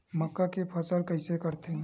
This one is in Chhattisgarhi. मक्का के फसल कइसे करथे?